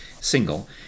single